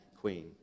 queen